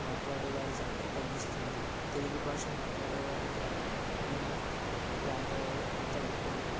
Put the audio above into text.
మాట్లాడే వారి సంఖ్య తగ్గిస్తుంది తెలుగు భాష మాట్లాడేవారు గ్రామీణ ప్రాంతాలలో తగ్గుతుంది